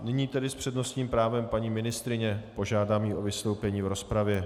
Nyní tedy s přednostním právem paní ministryně, požádám ji o vystoupení v rozpravě.